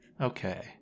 Okay